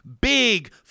big